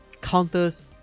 counters